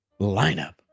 lineup